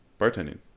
Bartending